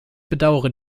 bedauere